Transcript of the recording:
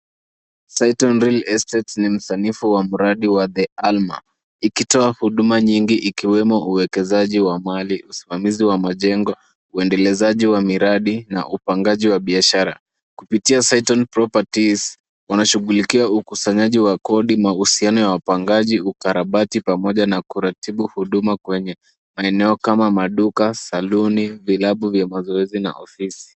Saiton real estate na msanifu wa mradi wa the alma ,ikitoa huduma nyingi ikiwemo uwekezaji wa mali, usimamizi wa majengo, uendelezaji wa miradi na upangaji wa biashara kupitia. Saiton properties wanashughulikia ukusanyaji wa kodi mahusiano ya wapangaji ukarabati pamoja na kuratibu huduma kwenye maeneo kama maduka, saluni ,vilabu vya mazoezi na ofisi.